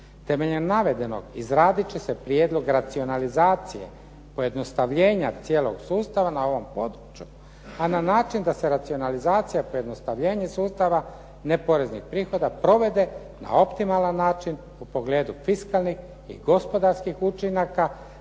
Temeljem navedenog izradit će se prijedlog racionalizacije pojednostavljenja cijelog sustava na ovom području a na način da se racionalizacija pojednostavljenja sustava neporeznih prihoda provede na optimalan način u pogledu fiskalnih i gospodarskih učinaka